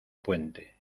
puente